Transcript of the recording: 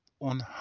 on